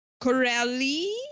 Corelli